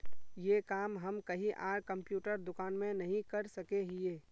ये काम हम कहीं आर कंप्यूटर दुकान में नहीं कर सके हीये?